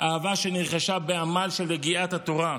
אהבה שנרכשה בעמל של יגיעת התורה.